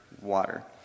water